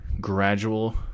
gradual